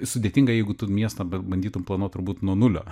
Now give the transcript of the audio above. sudėtinga jeigu tu miestą ba bandytum planuot turbūt nuo nulio